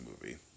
movie